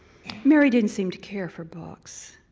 mary didn't seem to care for books,